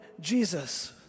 Jesus